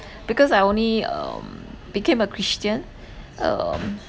because I only um became a christian um